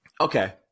Okay